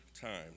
time